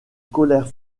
colère